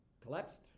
collapsed